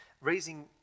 Raising